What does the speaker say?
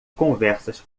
conversas